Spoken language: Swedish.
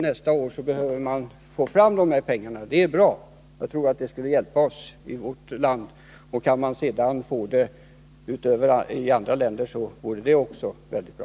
Nästa år behöver man nog få fram de här pengarna. Jag tror att det skulle hjälpa oss. Kunde det också bli så i andra länder vore det väldigt bra.